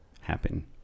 happen